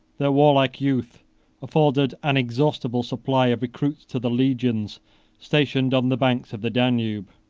their warlike youth afforded an inexhaustible supply of recruits to the legions stationed on the banks of the danube,